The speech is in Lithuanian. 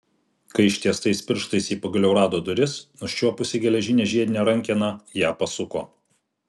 kai ištiestais pirštais ji pagaliau rado duris užčiuopusi geležinę žiedinę rankeną ją pasuko